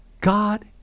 God